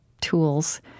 tools